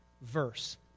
verse